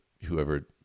whoever